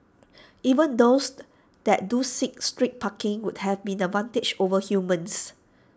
even those that do seek street parking would have an advantage over humans